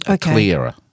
clearer